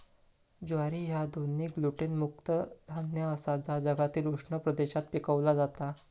ज्वारी ह्या दोन्ही ग्लुटेन मुक्त धान्य आसा जा जगातील उष्ण प्रदेशात पिकवला जाता